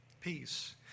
peace